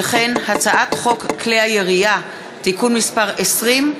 והצעת חוק כלי הירייה (תיקון מס' 20),